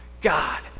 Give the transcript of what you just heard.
God